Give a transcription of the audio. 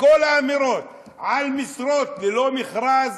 וכל האמירות על משרות ללא מכרז